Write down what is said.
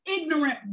ignorant